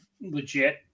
legit